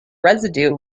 residue